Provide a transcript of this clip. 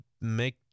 make